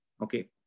Okay